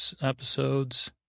episodes